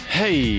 hey